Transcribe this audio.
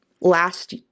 last